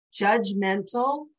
judgmental